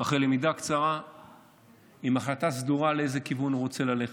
אחרי למידה קצרה עם החלטה סדורה לאיזה כיוון הוא רוצה ללכת.